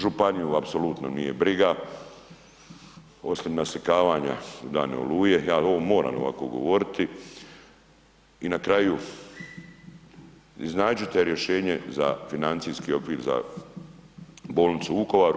Županiju apsolutno nije briga, osim naslikavanja dana Oluje, ja ovo moram ovako govoriti i na kraju iznađite rješenje za financijski okvir za bolnicu Vukovar.